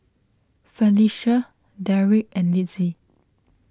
Felicie Derek and Litzy